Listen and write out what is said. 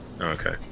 okay